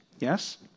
Yes